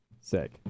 sick